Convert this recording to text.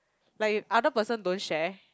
like if other person don't share